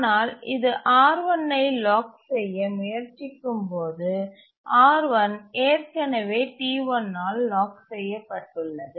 ஆனால் இது R1ஐ லாக் செய்ய முயற்சிக்கும்போது R1 ஏற்கனவே T1 ஆல் லாக் செய்யப்பட்டுள்ளது